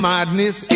Madness